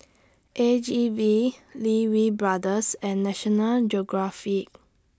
A G V Lee Wee Brothers and National Geographic